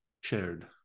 shared